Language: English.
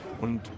Und